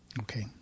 Okay